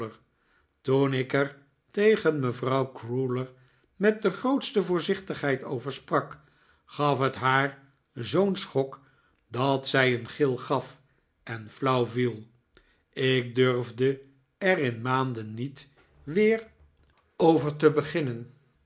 ik er tegen mevrouw crewler met de grootste voorzichtigheid over sprak gaf het haar zoo'n schok dat zij een gil gaf en flauw viel ik durfde er in maanden niet weer over te beginnen